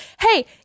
hey